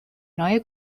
neue